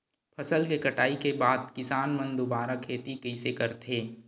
फसल के कटाई के बाद किसान मन दुबारा खेती कइसे करथे?